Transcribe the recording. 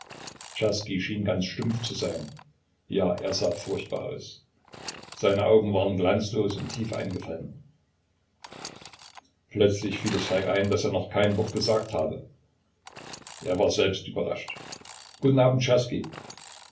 schien ganz stumpf zu sein ja er sah furchtbar aus seine augen waren glanzlos und tief eingefallen plötzlich fiel es falk ein daß er noch kein wort gesagt habe er war selbst überrascht guten abend